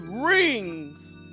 rings